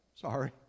sorry